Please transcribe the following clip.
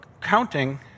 counting